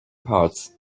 parts